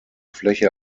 fläche